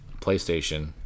PlayStation